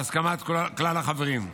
בהסכמת כלל החברים,